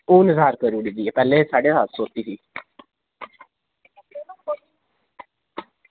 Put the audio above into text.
हून ज्हार रपेऽ करी ओड़ी दी ऐ पैह्लें साड्डे सत्त सौ ही